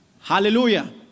Hallelujah